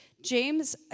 James